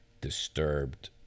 Disturbed